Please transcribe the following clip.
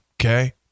Okay